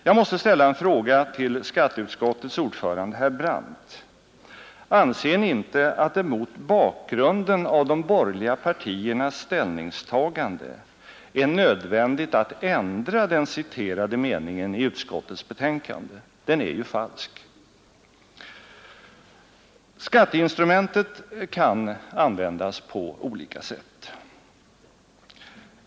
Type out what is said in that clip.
Jag måste ställa en fråga till skatteutskottets ordförande herr Brandt: Anser ni inte att det mot bakgrunden av de borgerliga partiernas ställningstagande är nödvändigt att ändra den citerade meningen i utskottets betänkande? Den är ju falsk. Skatteinstrumentet kan användas på olika sätt.